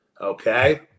Okay